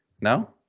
No